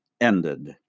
ended